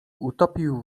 utopił